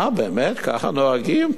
מה, באמת, ככה נוהגים?